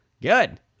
Good